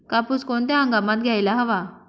कापूस कोणत्या हंगामात घ्यायला हवा?